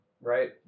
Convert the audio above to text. right